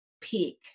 peak